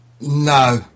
No